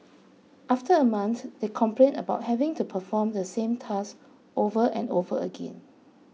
after a month they complained about having to perform the same task over and over again